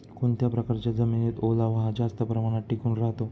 कोणत्या प्रकारच्या जमिनीत ओलावा हा जास्त प्रमाणात टिकून राहतो?